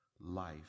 life